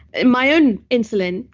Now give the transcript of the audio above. and my own insulin,